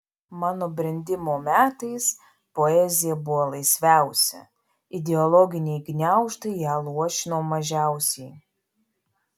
mano brendimo metais poezija buvo laisviausia ideologiniai gniaužtai ją luošino mažiausiai